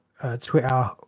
Twitter